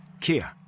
Kia